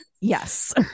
Yes